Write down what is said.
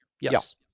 Yes